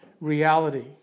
reality